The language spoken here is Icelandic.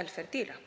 velferð dýra.